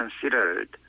considered